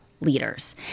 Leaders